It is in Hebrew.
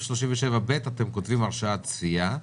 קטן 37(ב) אתם כותבים "הרשאת צפייה".